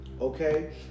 okay